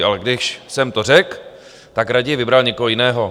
Ale když jsem to řekl, tak raději vybral někoho jiného.